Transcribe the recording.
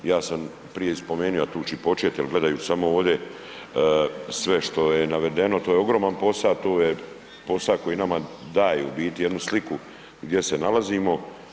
Ja sam prije i spomenuo, a tu ću i početi jer gledajući samo ovdje, sve što je navedeno, to je ogroman posao, to je posao koji nama daje u biti jednu sliku, gdje se nalazimo.